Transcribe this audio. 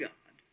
God